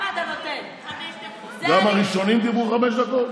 גם הראשונים דיברו חמש דקות?